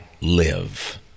live